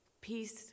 Peace